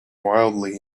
wildly